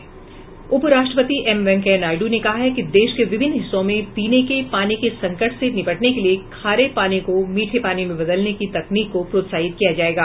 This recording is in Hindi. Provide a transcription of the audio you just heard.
उपराष्ट्रपति एम वेंकैया नायडू ने कहा है कि देश के विभिन्न हिस्सों में पीने के पानी के संकट से निबटने के लिए खारे पानी को मीठे पानी में बदलने की तकनीक को प्रोत्साहित किया जाएगा